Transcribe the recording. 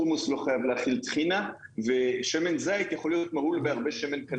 חומוס לא חייב להכיל טחינה ושמן זית יכול להיות מהול בהרבה שמן קנולה.